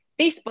Facebook